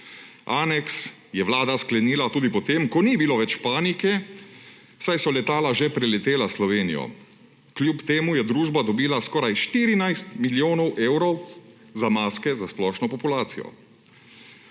Aneks je vlada sklenila tudi potem, ko ni bilo več panike, saj so letala že preletala Slovenijo. Kljub temu je družba dobila skoraj 14 milijonov evrov za maske za splošno populacijo.